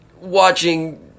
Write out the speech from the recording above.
watching